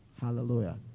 Hallelujah